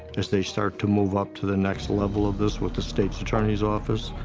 as they start to move up to the next level of this with the state's attorney's office,